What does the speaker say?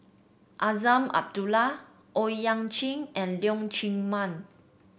Azman Abdullah Owyang Chi and Leong Chee Mun